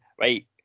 Right